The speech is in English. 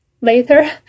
later